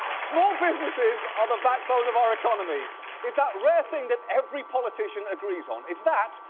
small businesses are the backbone of our economy is that rare thing that every politician agrees on. it's that,